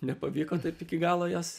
nepavyko taip iki galo jos